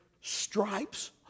stripes